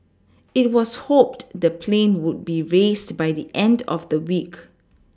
it was hoped the plane would be raised by the end of the week